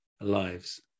lives